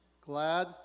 glad